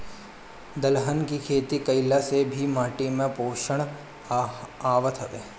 दलहन के खेती कईला से भी माटी में पोषण आवत हवे